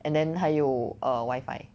and then 还有 err